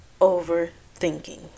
overthinking